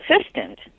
assistant